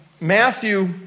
Matthew